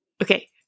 Okay